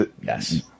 yes